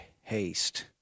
haste